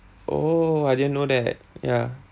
oh I didn't know that yeah